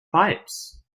pipes